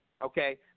Okay